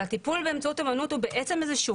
אבל הטיפול באמצעות אומנות הוא בעצם איזשהו